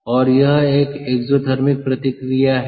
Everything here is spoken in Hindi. और यह एक एक्ज़ोथिर्मिक प्रतिक्रिया है